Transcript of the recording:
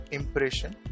impression